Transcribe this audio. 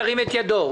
ירים את ידו.